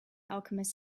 alchemist